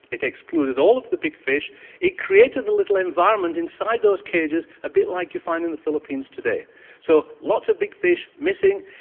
it excluded all of the big fish it created a little environment inside those cages a bit like you find in the philippines today so, lots of big fish missing.